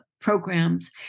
programs